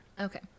okay